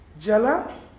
Jala